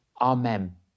Amen